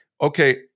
okay